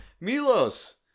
Milos